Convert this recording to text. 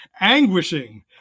anguishing